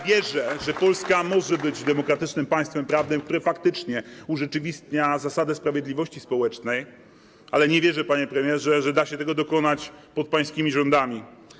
Wierzę, że Polska może być demokratycznym państwem prawnym, które faktycznie urzeczywistnia zasadę sprawiedliwości społecznej, ale nie wierzę, panie premierze, że da się tego dokonać pod pańskimi rządami.